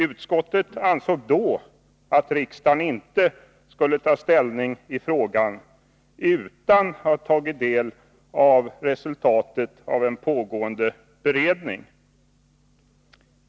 Utskottet ansåg då att riksdagen inte skulle ta ställning i frågan utan att ha tagit del av resultatet av en pågående beredning.